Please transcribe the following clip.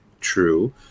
true